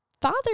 father